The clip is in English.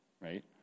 right